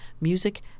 music